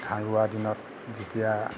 ধান ৰোৱা দিনত যেতিয়া